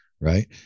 Right